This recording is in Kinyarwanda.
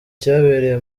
cyabereye